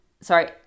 sorry